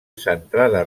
centrada